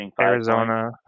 Arizona